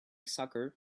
soccer